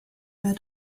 their